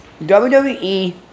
WWE